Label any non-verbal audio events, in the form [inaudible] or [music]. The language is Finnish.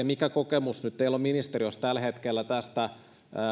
[unintelligible] mikä kokemus teillä on ministeriössä tällä hetkellä tästä